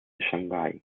xangai